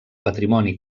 patrimoni